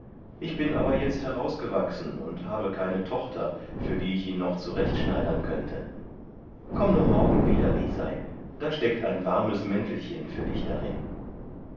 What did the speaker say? ich bin aber jetzt herausgewachsen und habe keine tochter für die ich ihn noch zurechtschneidern könnte komm nur morgen wieder lisei da steckt ein warmes mäntelchen für dich darin